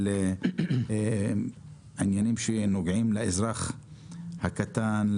עניינים שנוגעים לאזרח הקטן,